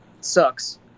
sucks